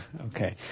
okay